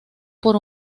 por